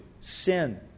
sin